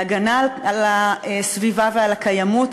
להגנה על הסביבה ועל הקיימות,